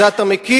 זה אתה מכיר?